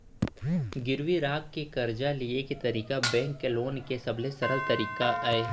गिरवी राख के करजा लिये के तरीका बेंक लोन के सबले सरल तरीका अय